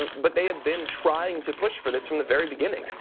and but they have been trying to push for this from the very beginning.